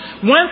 one